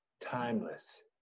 timeless